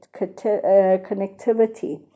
connectivity